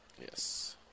Yes